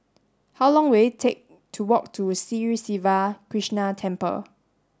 how long will it take to walk to Sri Siva Krishna Temple